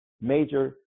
major